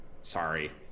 sorry